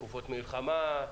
בתקופות מלחמה.